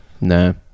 No